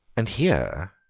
and here,